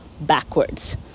backwards